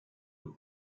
with